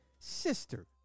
Sister